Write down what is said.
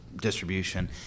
distribution